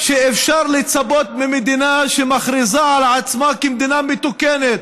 שאפשר לצפות ממדינה שמכריזה על עצמה כמדינה מתוקנת.